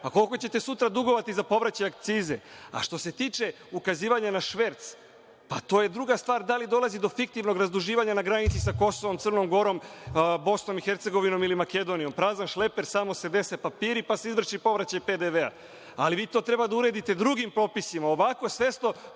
A koliko ćete sutra dugovati za povraćaj akcize? Što se tiče ukazivanja na šverc, to je druga stvar da li dolazi do fiktivnog razduživanja na granici sa Kosovom, Crnom Gorom, Bosnom i Hercegovinom ili Makedonijom. Prazan šleper, samo se dese papiri, pa se izvrši povraćaj PDV-a. Ali, vi to treba da uredite drugim propisima. Ovako, svesno